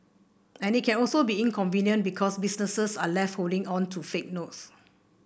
and it can also be inconvenient because businesses are left holding on to fake notes